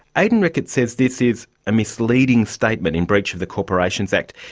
aidan ricketts says this is a misleading statement in breach of the corporations act.